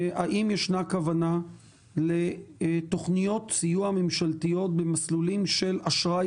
האם ישנה כוונה לתוכניות סיוע ממשלתיות במסלולים של אשראי